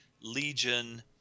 Legion